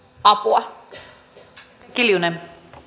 apua